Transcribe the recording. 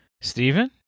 Stephen